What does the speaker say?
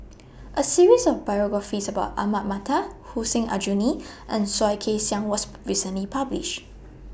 A series of biographies about Ahmad Mattar Hussein Aljunied and Soh Kay Siang was recently published